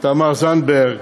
תמר זנדברג.